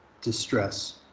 distress